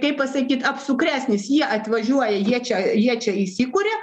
kaip pasakyt apsukresnis jie atvažiuoja jie čia jie čia įsikuria